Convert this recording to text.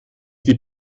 die